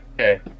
Okay